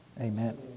Amen